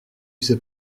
sais